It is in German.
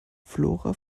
flora